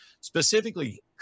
Specifically